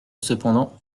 cependant